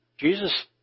Jesus